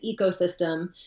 ecosystem